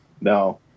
No